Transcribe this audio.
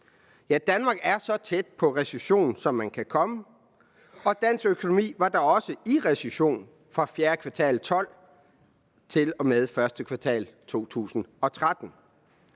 Danmark er så tæt på recession, som man kan komme, og dansk økonomi var da også i recession fra fjerde kvartal 2012 til og med første kvartal 2013.